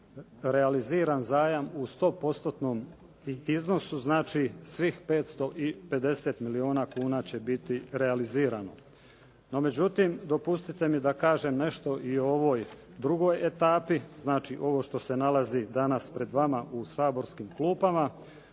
realiziran zajam u 100%-tnom iznosu znači svih 550 milijuna kuna će biti realizirano. No, međutim dopustite mi da kažem nešto i o ovoj drugoj etapi, znači ovo što se danas nalazi pred vama u saborskim klupama.